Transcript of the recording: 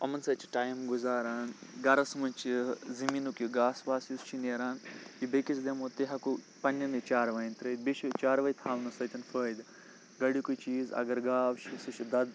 یِمَن سٍتۍ چھُ ٹایِم گُزاران گَرَس منٛز چھِ زمیٖنُک یہِ گاسہٕ واسہٕ چھُ نیران یہِ بیٚیس دِمو تہِ ہٮ۪کو پَنٕنٮ۪نٕے چاروایَن ترٛٲوِتھ بیٚیہِ چھِ چاروٲے تھاونہٕ سٍتۍ فایدٕ گوڈنِکُے چیٖز اَگَر گاو چھِ سۅ چھِ دۅد